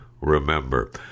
remember